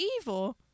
evil